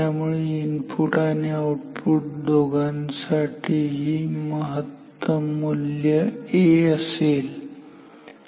त्यामुळे इनपुट आणि आउटपुट दोघांसाठी सुद्धा महत्तम मूल्य A असेल ठीक आहे